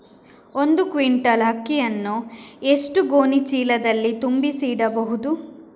ಒಂದು ಕ್ವಿಂಟಾಲ್ ಅಕ್ಕಿಯನ್ನು ಎಷ್ಟು ಗೋಣಿಚೀಲದಲ್ಲಿ ತುಂಬಿಸಿ ಇಡಬಹುದು?